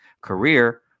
career